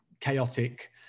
chaotic